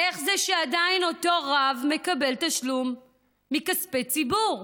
איך זה שעדיין אותו רב מקבל תשלום מכספי ציבור,